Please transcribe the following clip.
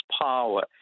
power